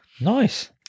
Nice